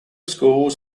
schools